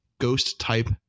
ghost-type